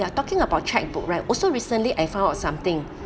ya talking about chequebook right also recently I found out something